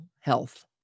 health